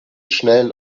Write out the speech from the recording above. schnellen